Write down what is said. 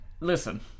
Listen